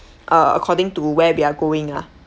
uh according to where we're going ah